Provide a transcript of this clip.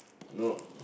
no